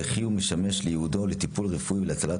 וכי הוא משמש לייעודו לטיפול רפואי ולהצלת